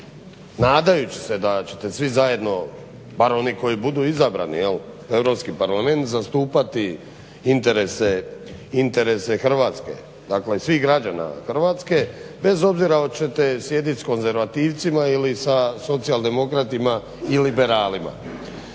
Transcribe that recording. nadajući se da ćete svi zajedno, bar oni koji budu izabrani jel' u Europski parlament, zastupati interese Hrvatske, dakle i svih građana Hrvatske bez obzira hoćete sjediti s konzervativcima ili sa socijaldemokratima i liberalima.